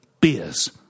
beers